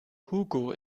hugo